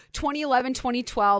2011-2012